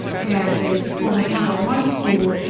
as a former title one school,